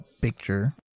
picture